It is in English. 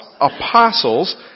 apostles